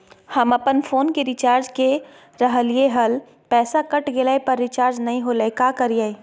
हम अपन फोन के रिचार्ज के रहलिय हल, पैसा कट गेलई, पर रिचार्ज नई होलई, का करियई?